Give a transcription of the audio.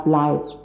life